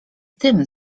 tym